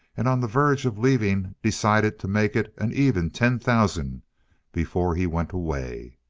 and on the verge of leaving decided to make it an even ten thousand before he went away.